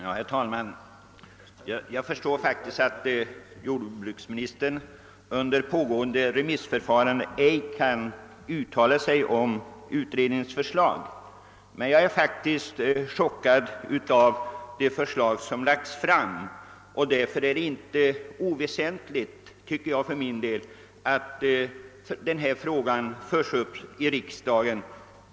Herr talman! Jag förstår att jordbruksministern under pågående remissförfarande inte kan uttala sig om utredningens förslag. Men jag är faktiskt chockad av det förslag som framlagts, och därför anser jag det inte oväsentligt att denna fråga tas upp i riksdagen.